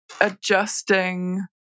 adjusting